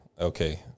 okay